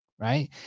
right